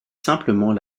simplement